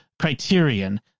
criterion